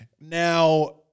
Now